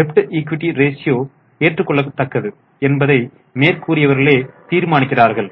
டெப்ட் equity ratio ஏற்றுக்கொள்ளத்தக்கது என்பதை மேற்கூறியவர்களே தீர்மானிக்கிறார்கள்